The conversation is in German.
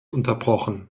unterbrochen